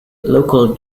local